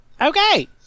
Okay